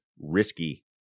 risky